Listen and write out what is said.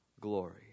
glory